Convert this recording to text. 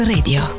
Radio